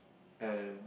and